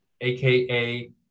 aka